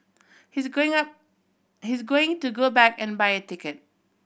he's going up he's going to go back and buy a ticket